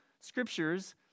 Scriptures